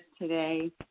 today